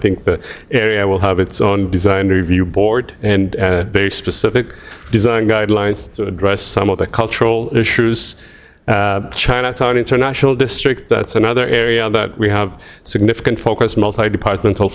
think the area will have its own design review board and specific design guidelines to address some of the cultural issues chinatown international district that's another area that we have significant focus multipart mental